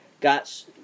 got